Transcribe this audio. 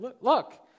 look